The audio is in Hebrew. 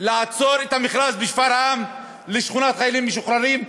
לעצור את המכרז בשפרעם לשכונת חיילים משוחררים,